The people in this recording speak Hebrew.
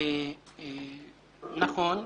נכון,